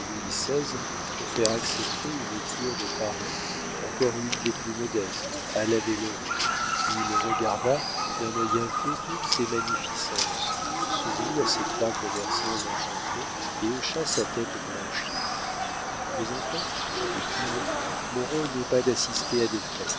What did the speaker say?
pour faire accepter une cure de paris encore une des plus modestes à l'abbé loraux il regarda d'un œil inquiet toutes ces munificences sourit à ces trois commerçants enchantés et hocha sa tête blanchie mes enfants leur dit-il mon rôle n'est pas d'assister à des